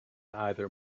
either